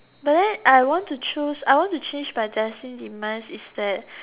but then I want to choose I want to change my destined demise is that